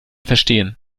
verstehen